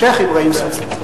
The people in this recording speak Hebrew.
שיח' אברהים צרצור.